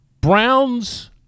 Browns